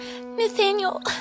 Nathaniel